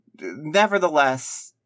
nevertheless